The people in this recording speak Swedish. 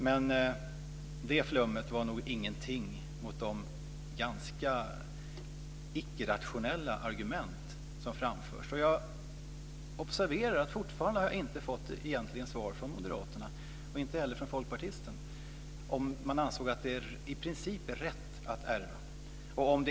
Men det flummet var nog ingenting mot de ganska icke rationella argument som framförts. Jag observerar att jag fortfarande inte fått egentligen något svar från moderaterna och inte heller från folkpartister om de anser att det i princip är rätt att ärva.